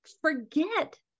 forget